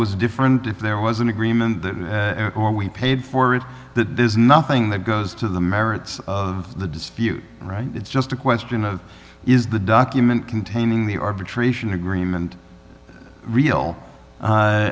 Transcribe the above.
was different if there was an agreement or we paid for it that there's nothing that goes to the merits of the dispute right it's just a question of is the document containing the arbitration agreement real